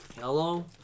Hello